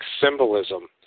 symbolism